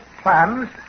plans